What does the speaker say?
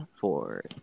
four